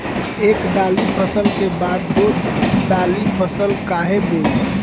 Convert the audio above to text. एक दाली फसल के बाद दो डाली फसल काहे बोई?